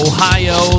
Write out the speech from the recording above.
Ohio